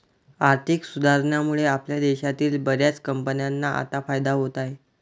आर्थिक सुधारणांमुळे आपल्या देशातील बर्याच कंपन्यांना आता फायदा होत आहे